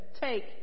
Take